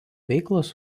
veiklos